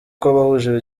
kw’abahuje